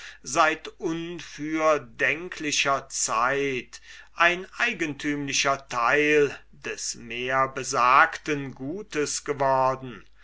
seit unfürdenklicher zeit ein eigentümlicher teil des mehrbesagten gutes geworden